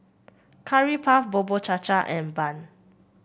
Curry Puff Bubur Cha Cha and bun